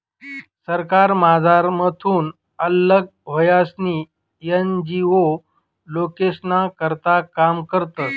सरकारमझारथून आल्लग व्हयीसन एन.जी.ओ लोकेस्ना करता काम करतस